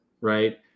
right